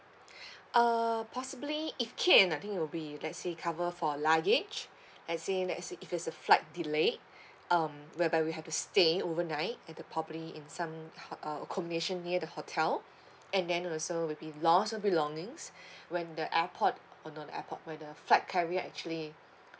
uh possibly if can ah I think it'll be let's say cover for luggag let's say let's say if it's a flight delay um whereby we have to stay overnight at the probably in some hot~ uh accommodation near the hotel and then also will be loss of belongings when the airport uh no airport when the flight carrier actually